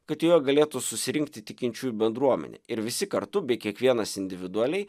kad joje galėtų susirinkti tikinčiųjų bendruomenė ir visi kartu bei kiekvienas individualiai